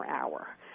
hour